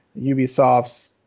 Ubisoft's